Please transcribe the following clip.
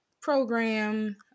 program